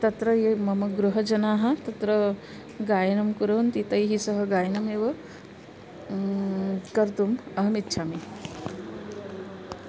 तत्र ये मम गृहजनाः तत्र गायनं कुर्वन्ति तैः सह गायनमेव कर्तुम् अहमिच्छामि